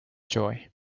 joy